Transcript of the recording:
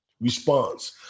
response